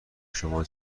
شما